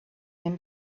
him